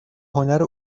هنر